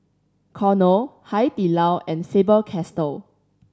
Cornell Hai Di Lao and Faber Castell